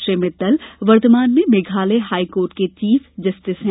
श्री मित्तल वर्तमान में मेघालय हाईकोर्ट के चीफ जस्टिस हैं